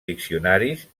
diccionaris